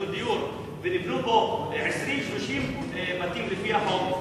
יחידות דיור ונבנו בו 20 30 בתים לפי החוק,